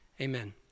amen